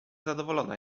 zadowolona